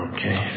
Okay